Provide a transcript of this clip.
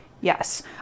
Yes